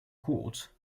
court